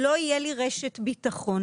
לא תהיה להם רשת ביטחון.